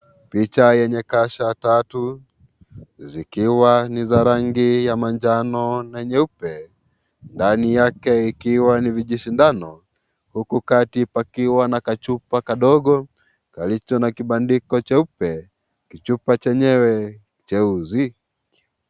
Picha yenye kasha tatu, zikiwa ni za rangi manjano na nyeupe, ndani yake ikiwa ni vijishindano, huku kati pakiwa na kachupa kadogo, kalicho na kibandiko cheupe, kichupa chenyewe, cheuzi.